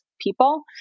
people